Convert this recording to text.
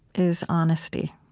is honesty.